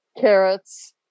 carrots